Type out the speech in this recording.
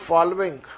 Following